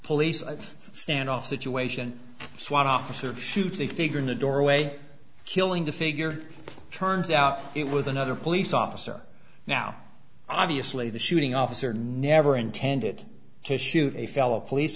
police standoff situation one officer shoots a figure in the doorway killing the figure turns out it was another police officer now obviously the shooting officer never intended to shoot a fellow police